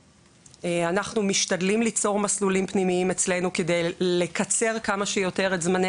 אנחנו משתדלים ליצור מסלולים פנימיים אצלנו כדי לקצר כמה שיותר את זמני